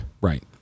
Right